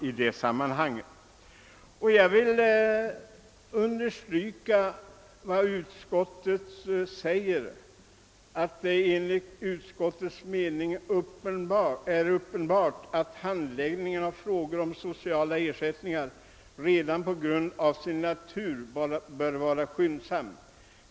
I anledning av min motion säger nu utskottet: »Det är enligt utskottets mening uppenbart att handläggningen av frågor om sociala ersättningar redan på grund av sin natur bör vara skyndsam.